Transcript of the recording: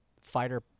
fighter